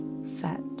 set